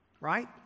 Right